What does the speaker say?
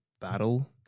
battle